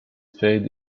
fade